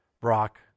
Brock